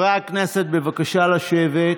חברי הכנסת, בבקשה לשבת.